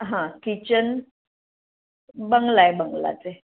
हां किचन बंगला आहे बंगलाच आहे